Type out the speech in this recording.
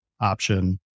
option